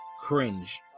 cringe